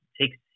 takes